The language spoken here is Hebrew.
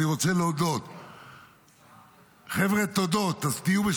אני רוצה להודות, חבר'ה, תודות, אז תהיו בשקט.